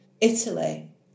Italy